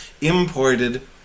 imported